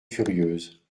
furieuses